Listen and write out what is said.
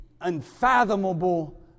unfathomable